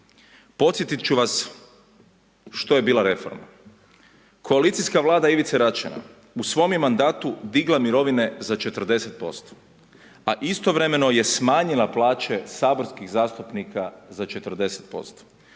Podsjetit ću vas što je bila reforma. Koalicijska Vlada Ivice Račana u svom je mandatu digla mirovine za 40%, a istovremeno je smanjila plaće saborskih zastupnika za 40%